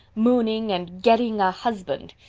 mooning, and getting a husband.